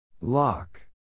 Lock